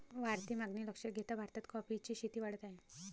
वाढती मागणी लक्षात घेता भारतात कॉफीची शेती वाढत आहे